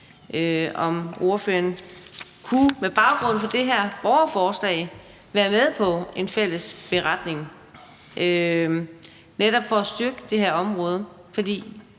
ordføreren med baggrund i det her borgerforslag være med på en fælles beretning netop for at styrke det her område? For